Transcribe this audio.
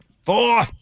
Four